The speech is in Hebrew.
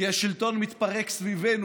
כי השלטון מתפרק סביבנו.